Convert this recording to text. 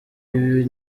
ibi